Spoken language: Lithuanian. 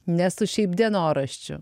ne su šiaip dienoraščiu